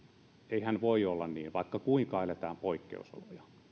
eihän voi olla niin vaikka kuinka eletään poikkeusoloja ja